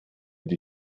die